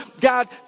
God